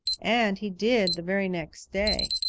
and he did the very next day.